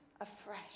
afresh